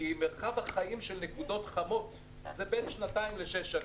כי מרחב החיים של נקודות חמות זה בין שנתיים לשש שנים.